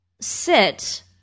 sit